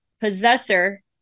Possessor